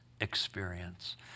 experience